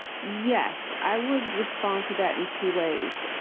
yes. i would respond to that in two ways.